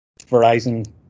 Verizon